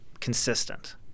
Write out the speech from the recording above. consistent